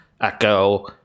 Echo